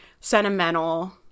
sentimental